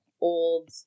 old